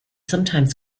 sometimes